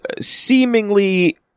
seemingly